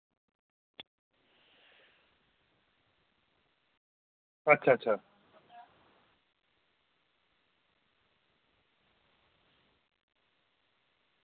अच्छा अच्छा